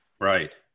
Right